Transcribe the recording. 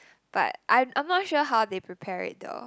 but I'm I'm not sure how they prepare it though